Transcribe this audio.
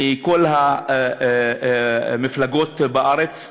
מכל המפלגות בארץ,